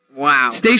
Wow